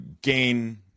gain